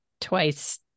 twice